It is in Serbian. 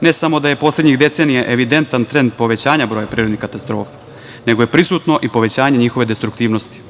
Ne samo da je poslednjih decenija evidentan trend povećanja broja prirodnih katastrofa nego je prisutno i povećanje njihove destruktivnosti.